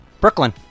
Brooklyn